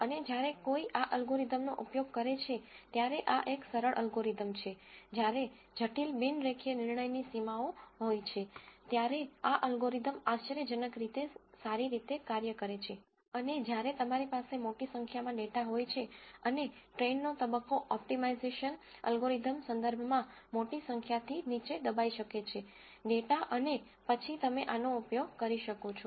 અને જ્યારે કોઈ આ અલ્ગોરિધમનો ઉપયોગ કરે છે ત્યારે આ એક સરળ અલ્ગોરિધમ છે જ્યારે જટિલ બિન રેખીય નિર્ણયની સીમાઓ હોય છે ત્યારે આ અલ્ગોરિધમ આશ્ચર્યજનક રીતે સારી રીતે કાર્ય કરે છે અને જ્યારે તમારી પાસે મોટી સંખ્યામાં ડેટા હોય છે અને ટ્રેઇનનો તબક્કો ઓપ્ટિમાઇઝેશન અલ્ગોરિધમ સંદર્ભમાં મોટી સંખ્યાથી નીચે દબાઈ શકે છે ડેટા અને પછી તમે આનો ઉપયોગ કરી શકો છો